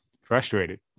frustrated